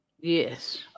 Yes